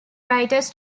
writers